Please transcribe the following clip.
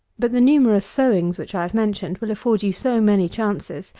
but the numerous sowings which i have mentioned will afford you so many chances,